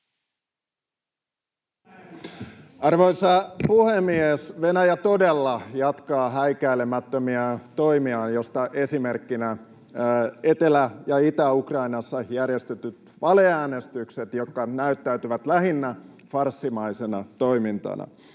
Arvoisa puhemies! Venäjä todella jatkaa häikäilemättömiä toimiaan, joista esimerkkinä Etelä- ja Itä-Ukrainassa järjestetyt valeäänestykset, jotka näyttäytyvät lähinnä farssimaisena toimintana.